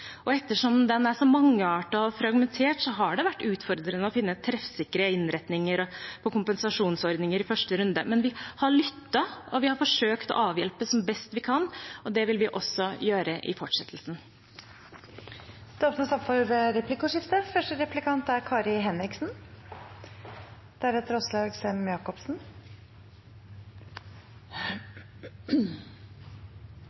Ettersom den er så mangeartet og fragmentert, har det vært utfordrende å finne treffsikre innretninger og kompensasjonsordninger i første runde, men vi har lyttet, og vi har forsøkt å avhjelpe som best vi kan, og det vil vi også gjøre i fortsettelsen. Det blir replikkordskifte. Jeg har merket meg at når representanten Gleditsch Lossius har innlegg og skal omtale Arbeiderpartiet, er